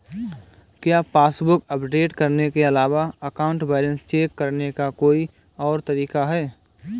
क्या passbook update करने के अलावा अकाउंट बैलेंस चेक करने का कोई और तरीका है?